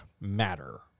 matter